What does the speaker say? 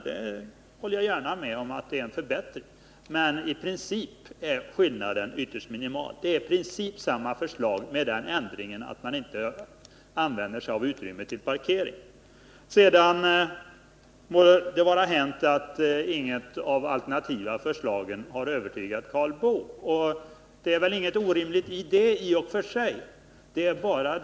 Jag håller gärna med om att det nuvarande förslaget så till vida innebär en förbättring, men i princip är skillnaden ytterst minimal. Det är i stort sett samma förslag, med den ändringen att man inte använder sig av utrymmet till parkering. Det må vidare vara hänt att inget av de alternativa förslagen har övertygat Karl Boo, och det är väl i och för sig inget orimligt i detta.